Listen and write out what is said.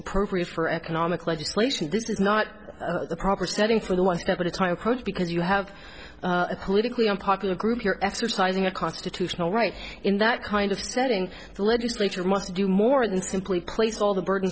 appropriate for economic legislation this is not the proper setting for the one step at a time approach because you have a politically unpopular group you're exercising a constitutional right in that kind of setting the legislature must do more than simply place all the burden